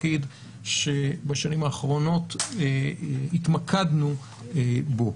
תפקיד שבשנים האחרונות התמקדנו בו.